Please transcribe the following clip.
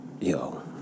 Yo